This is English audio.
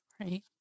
Right